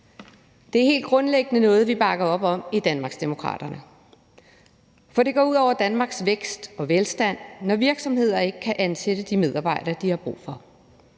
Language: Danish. Det er helt grundlæggende noget, vi bakker op om i Danmarksdemokraterne, for det går ud over Danmarks vækst og velstand, når virksomheder ikke kan ansætte de medarbejdere, de har brug for.